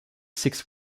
six